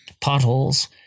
potholes